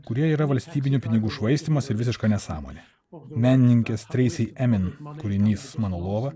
kurie yra valstybinių pinigų švaistymas ir visiška nesąmonė menininkės treisi emin kūrinys mano lova